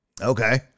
Okay